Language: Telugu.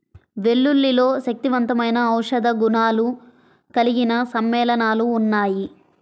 వెల్లుల్లిలో శక్తివంతమైన ఔషధ గుణాలు కలిగిన సమ్మేళనాలు ఉన్నాయి